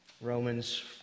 Romans